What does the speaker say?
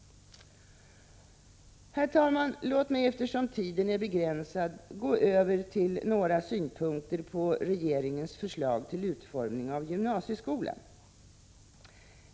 Herr talman! Låt mig, eftersom tiden är begränsad, gå över till några synpunkter på regeringens förslag till utformning av gymnasieskolan.